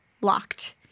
locked